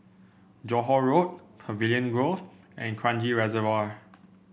Johore Road Pavilion Grove and Kranji Reservoir